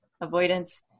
avoidance